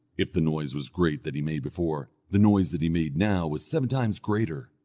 if the noise was great that he made before, the noise that he made now was seven times greater.